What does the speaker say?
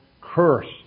cursed